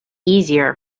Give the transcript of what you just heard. easier